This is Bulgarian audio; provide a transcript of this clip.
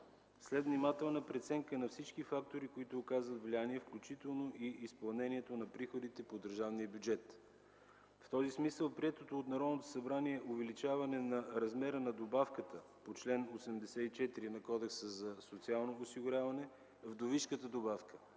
след внимателна преценка на всички фактори, които оказват влияние, включително и изпълнението на приходите по държавния бюджет. В този смисъл приетото от Народното събрание увеличаване на размера на вдовишката добавка по чл. 84 от Кодекса за социалното осигуряване от 20 на